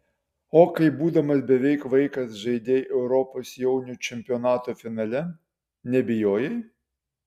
o kai būdamas beveik vaikas žaidei europos jaunių čempionato finale nebijojai